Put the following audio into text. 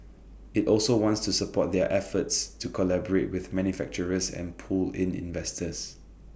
IT also wants to support their efforts to collaborate with manufacturers and pull in investors